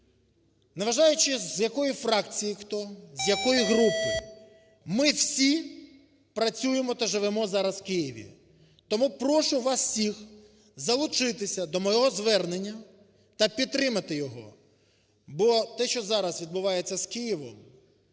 Незважаючи, з якої фракції хто, з якої групи, ми всі працюємо та живемо зараз в Києві. Тому прошу вас всіх залучитися до мого звернення та підтримати його, бо те, що зараз відбувається з Києвом